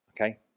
Okay